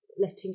letting